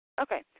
Okay